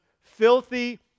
filthy